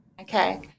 Okay